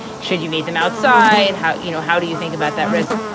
should you meet them outside? how you know, how do you think about that risk?